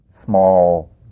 small